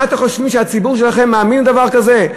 מה אתם חושבים, שהציבור שלכם מאמין בדבר כזה?